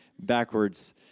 backwards